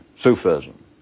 Sufism